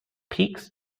peaks